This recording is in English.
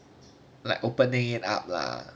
like opening it up lah